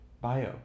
Bio